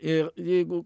ir jeigu